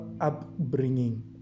upbringing